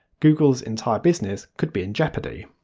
google's entire business could be in jeopardy.